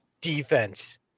defense